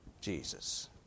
Jesus